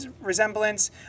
resemblance